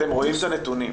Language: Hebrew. אתם רואים את הנתונים.